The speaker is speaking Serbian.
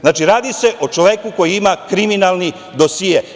Znači, radi se o čoveku koji ima kriminalni dosije.